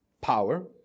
power